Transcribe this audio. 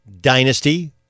dynasty